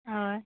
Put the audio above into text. हय